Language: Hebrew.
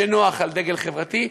כשנוח על דגל חברתי,